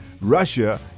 Russia